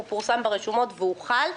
הוא פורסם ברשומות והוחל.